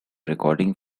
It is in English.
recording